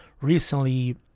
recently